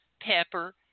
pepper